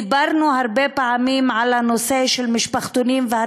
דיברנו הרבה פעמים על הנושא של משפחתונים ועל